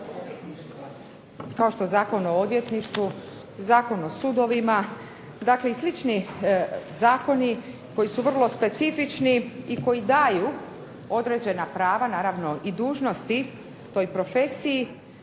Kao što Zakon o odvjetništvu, Zakon o sudovima, dakle i slični zakoni koji su vrlo specifični i koji daju određena prava, naravno i dužnosti toj profesiji